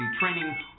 training